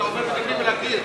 כשאתה אומר שמדברים אל הקיר.